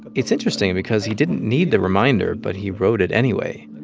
it's interesting because he didn't need the reminder, but he wrote it anyway.